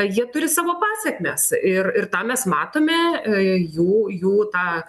jie turi savo pasekmes ir ir tą mes matome jų jų tą